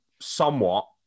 somewhat